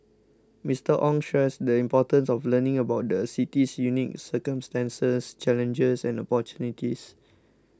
Mister Ong stressed the importance of learning about the city's unique circumstances challenges and opportunities